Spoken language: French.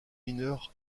mineurs